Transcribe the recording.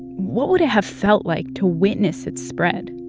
what would it have felt like to witness it spread?